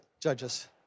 judges